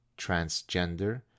transgender